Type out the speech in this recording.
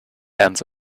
hands